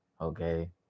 okay